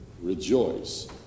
rejoice